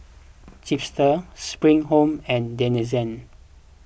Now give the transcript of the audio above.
Chipster Spring Home and Denizen